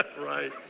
Right